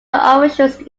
officials